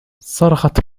صرخت